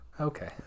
Okay